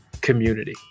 community